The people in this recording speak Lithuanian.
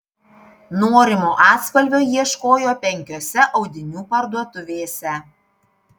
norimo atspalvio ieškojo penkiose audinių parduotuvėse